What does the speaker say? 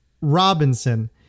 Robinson